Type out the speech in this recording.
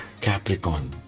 Capricorn